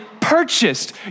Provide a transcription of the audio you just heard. purchased